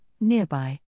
nearby